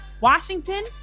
Washington